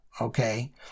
okay